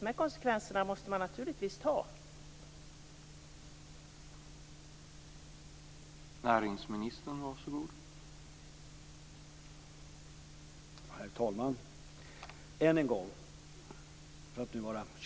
De här konsekvenserna måste man naturligtvis ta upp.